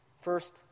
First